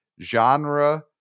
genre